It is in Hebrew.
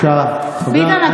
ביטן,